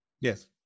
yes